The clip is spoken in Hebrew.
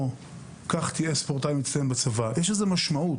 לכך משמעות.